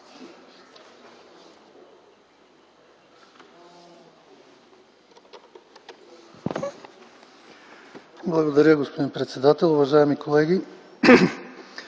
Благодаря, господин председател. Уважаеми колеги,